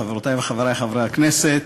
חברותי וחברי חברי הכנסת,